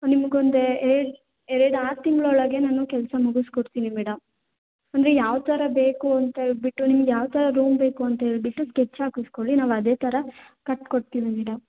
ನಿಮ್ಗೆ ಒಂದು ಎರಡು ಆರು ತಿಂಗಳೊಳಗೆ ನಾನು ಕೆಲಸ ಮುಗಿಸ್ಕೊಡ್ತೀನಿ ಮೇಡಮ್ ಅಂದರೆ ಯಾವ ಥರ ಬೇಕು ಅಂತ ಹೇಳ್ಬಿಟ್ಟು ನಿಮಗೆ ಯಾವ ಥರ ರೂಮ್ ಬೇಕು ಅಂತ ಹೇಳಿಬಿಟ್ಟು ಸ್ಕೆಚ್ ಹಾಕಿಸ್ಕೊಳಿ ನಾವು ಅದೇ ಥರ ಕಟ್ಟಿ ಕೊಡ್ತೀವಿ ಮೇಡಮ್